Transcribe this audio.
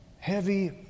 heavy